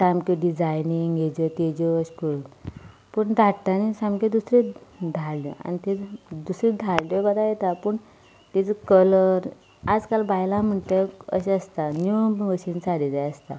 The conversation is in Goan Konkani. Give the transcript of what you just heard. सामक्यो डिजायनींग हाज्यो ताज्यो अशें करून पूण धाडटना सामक्यो दुसऱ्यो धाडल्यो आनी त्यो दुसऱ्यो धाडल्यो कोताक येता पूण ताजो कलर आयज काल बायलां म्हणटा तो अशें आसता नीव भशेन साडी जाय आसता